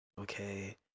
Okay